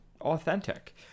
authentic